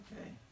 Okay